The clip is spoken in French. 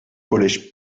collège